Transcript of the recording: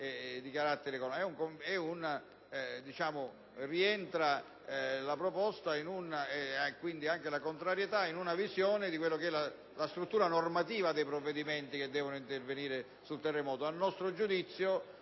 è un'altra cosa